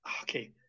Okay